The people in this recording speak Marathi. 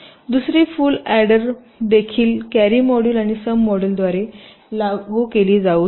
दुसरी फुल ऑर्डर देखील कॅरी मॉड्यूल आणि सम मॉड्यूलद्वारे लागू केली जाऊ शकते